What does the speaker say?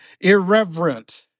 irreverent